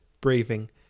Breathing